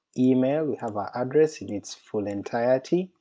email, we have our address in its full entirety,